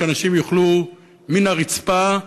שאנשים יאכלו מן הרצפה,